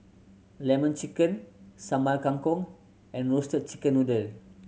Lemon Chicken Sambal Kangkong and Roasted Chicken Noodle